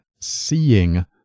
seeing